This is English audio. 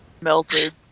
melted